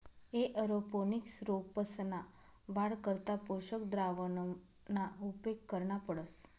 aeroponics रोपंसना वाढ करता पोषक द्रावणना उपेग करना पडस